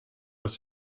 was